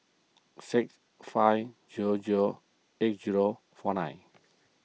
six five zero zero eight zero four nine